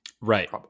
Right